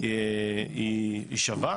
היא שווה.